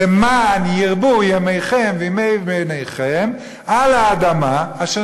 למען ירבו ימיכם וימי בניכם על האדמה אשר